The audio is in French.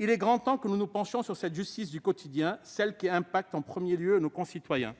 Il est grand temps que nous nous penchions sur cette justice du quotidien, celle qui a un impact sur nos concitoyens.